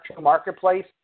marketplace